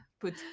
put